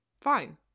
Fine